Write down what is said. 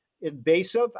invasive